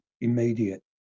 immediate